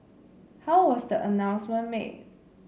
how was the announcement made